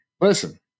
Listen